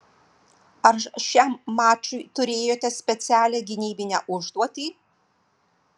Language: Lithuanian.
ar šiam mačui turėjote specialią gynybinę užduotį